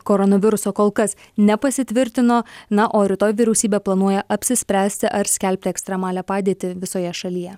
koronaviruso kol kas nepasitvirtino na o rytoj vyriausybė planuoja apsispręsti ar skelbti ekstremalią padėtį visoje šalyje